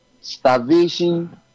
starvation